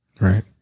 Right